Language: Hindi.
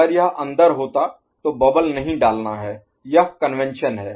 अगर यह अंदर होता तो बबल नहीं डालना है यह कन्वेंशन है